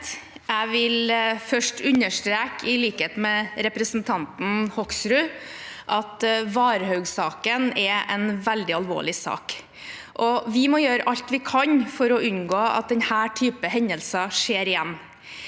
Jeg vil først un- derstreke, i likhet med representanten Hoksrud, at Varhaug-saken er en veldig alvorlig sak. Vi må gjøre alt vi kan for å unngå at denne typen hendelser skjer igjen.